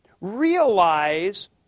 realize